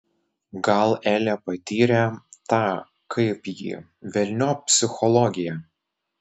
gal elė patyrė tą kaip jį velniop psichologiją